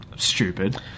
Stupid